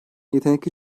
yetenekli